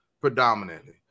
predominantly